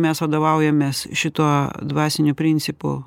mes vadovaujamės šituo dvasiniu principu